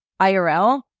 IRL